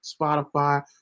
Spotify